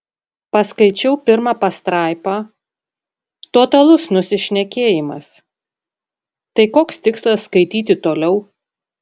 paskaičiau pirmą pastraipą totalus nusišnekėjimas tai koks tikslas skaityti toliau